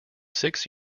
six